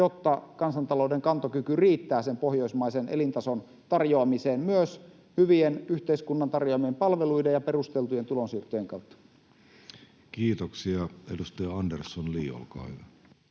jotta kansantalouden kantokyky riittää sen pohjoismaisen elintason tarjoamiseen myös hyvien yhteiskunnan tarjoamien palveluiden ja perusteltujen tulonsiirtojen kautta. [Speech 25] Speaker: Jussi Halla-aho